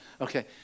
Okay